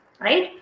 Right